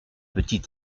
petit